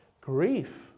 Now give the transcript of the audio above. Grief